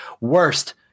Worst